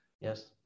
Yes